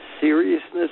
seriousness